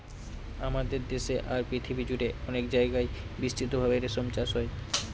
আমাদের দেশে আর পৃথিবী জুড়ে অনেক জায়গায় বিস্তৃত ভাবে রেশম চাষ হয়